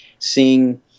seeing